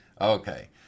Okay